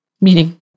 meaning